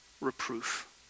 reproof